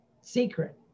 secret